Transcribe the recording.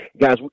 guys